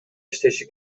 иштеши